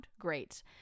great